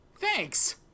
Thanks